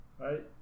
right